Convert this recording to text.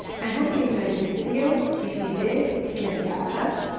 i hope you enjoyed this video. if you did, give it a thumbs up,